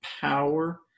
power